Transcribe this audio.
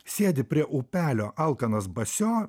sėdi prie upelio alkanas basio